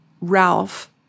Ralph